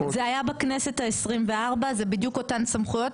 זה היה בכנסת ה-24, זה בדיוק אותן סמכויות.